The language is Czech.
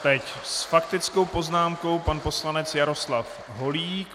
Teď s faktickou poznámkou pan poslanec Jaroslav Holík.